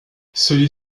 celui